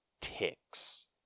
ticks